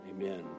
Amen